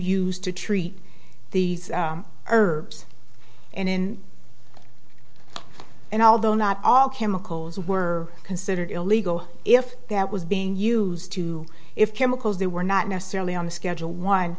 used to treat these herbs and in and although not all chemicals were considered illegal if that was being used to if chemicals they were not necessarily on the schedule one